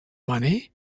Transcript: money